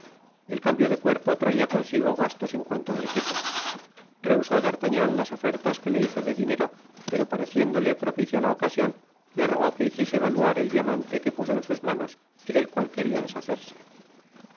el cambio de cuerpo traia consigo gastos en cuanto al equipo rehusó d'artagnan las ofertas que le hizo de dinero pero pareciéndole propicia la ocasion le rogó que hiciese valuar el diamante que puso en sus manos y del cual queria deshacerse